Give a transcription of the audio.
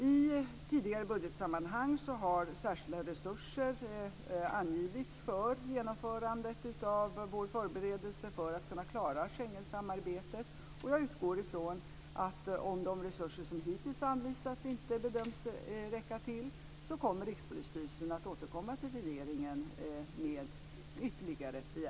I tidigare budgetsammanhang har särskilda resurser angivits för genomförandet av vår förberedelse för att kunna klara Schengensamarbetet, och jag utgår ifrån att Rikspolisstyrelsen kommer att återkomma till regeringen med ytterligare begäran om de resurser som hittills anvisats inte bedöms räcka till.